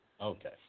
Okay